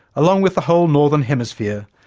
along with the whole northern hemisphere,